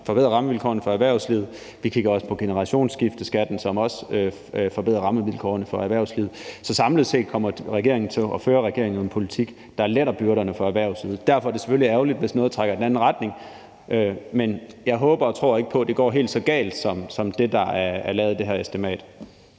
forbedre rammevilkårene for erhvervslivet. Vi kigger også på generationsskifteskatten for at forbedre rammevilkårene for erhvervslivet. Så samlet set kommer regeringen til og fører regeringen jo en politik, der letter byrderne for erhvervslivet. Derfor er det selvfølgelig alligevel ærgerligt, hvis noget trækker i den anden retning, men jeg håber og tror ikke på, at det går helt så galt som det, der er lavet i det her estimat.